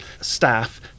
staff